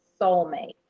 soulmate